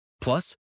Plus